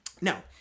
Now